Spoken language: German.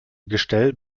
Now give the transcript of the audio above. gestell